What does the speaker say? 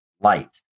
light